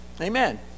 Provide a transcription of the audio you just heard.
Amen